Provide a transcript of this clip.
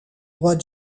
roi